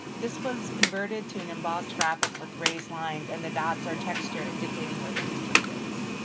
this was converted to an embossed graphic with raised lines, and the dots are texture indicating where the district is.